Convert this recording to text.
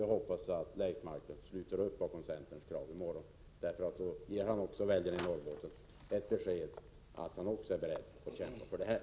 Jag hoppas att Leif Marklund i morgon sluter upp bakom centerns krav, därför att då ger han väljarna i Norrbotten ett besked om att också han är beredd att kämpa för det här.